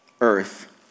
earth